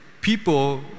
people